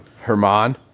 Herman